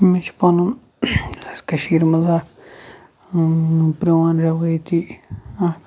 مےٚ چھِ پَنُن اَسہِ کٔشیٖرِ منٛز اَکھ پرٛون رٮ۪وٲیتی اَکھ